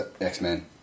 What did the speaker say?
X-Men